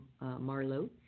Marlowe